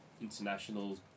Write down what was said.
international